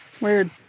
weird